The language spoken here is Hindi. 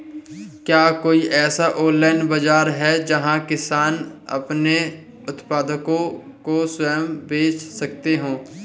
क्या कोई ऐसा ऑनलाइन बाज़ार है जहाँ किसान अपने उत्पादकों को स्वयं बेच सकते हों?